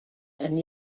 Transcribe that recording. and